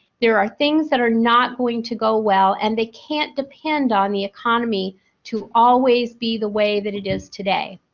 there are things that are not going to go well and they can't depend on the economy to always be the way that it is today.